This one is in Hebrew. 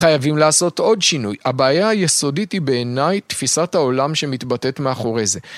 חייבים לעשות עוד שינוי, הבעיה היסודית היא בעיני תפיסת העולם שמתבטאת מאחורי זה